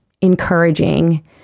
encouraging